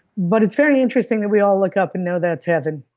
but it's very interesting that we all look up and know that's heaven.